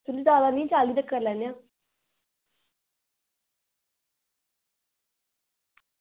ज्यादा निं चाली तगर लैन्ने आं